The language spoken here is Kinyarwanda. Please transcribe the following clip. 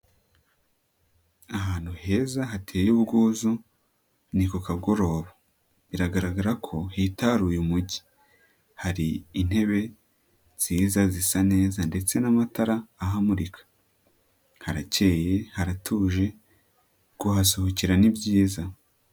Ahantu heza hateye ubwuzu ni ku kagoroba biragaragara ko hitaruye umugi. Hari intebe nziza zisa neza ndetse n'amatara ahamurika. Harakeye, haratuje, kuhasohokera ni byiza.